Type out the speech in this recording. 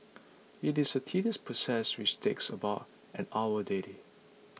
it is a tedious process which takes about an hour daily